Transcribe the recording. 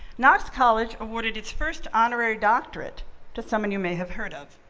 knox college awarded its first honorary doctorate to someone you may have heard of,